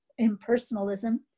impersonalism